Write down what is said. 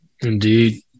Indeed